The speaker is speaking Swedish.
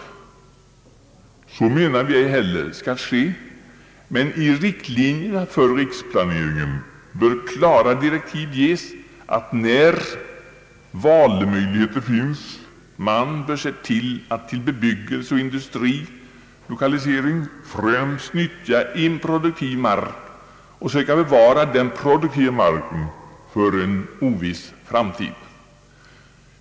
Så menar jag ej heller skall ske, men i riktlinjerna för riksplaneringen bör klara direktiv ges att, när realmöjligheter finns, man bör se till att för bebyggelse och industrilokalisering främst nyttja improduktiv mark och söka bevara den produktiva marken för en oviss framtid.